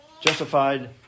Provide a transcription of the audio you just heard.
Justified